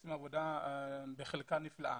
שעושים עבודה בחלקה נפלאה.